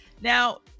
Now